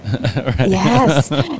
Yes